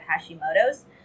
Hashimoto's